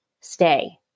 stay